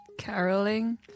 Caroling